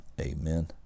Amen